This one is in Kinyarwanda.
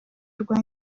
rwa